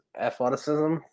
athleticism